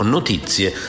Notizie